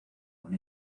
con